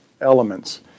elements